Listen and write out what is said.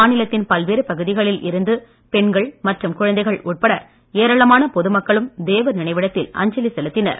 மாநிலத்தின் பல்வேறு பகுதிகளில் இருந்து பெண்கள் மற்றும் குழந்தைகள் உட்பட ஏராளமான பொதுமக்களும் தேவர் நினைவிடத்தில் அஞ்சலி செலுத்தினர்